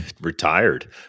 retired